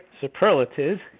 superlatives